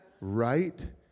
right